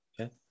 Okay